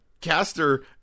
Caster